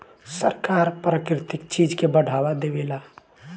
सरकार प्राकृतिक चीज के बढ़ावा देवेला